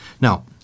Now